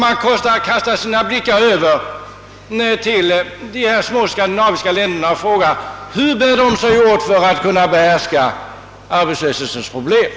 Man kastar sina blickar på de små skandinaviska länderna och frågar hur de bär sig åt för att behärska arbetslöshetens problem.